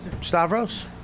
Stavros